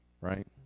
right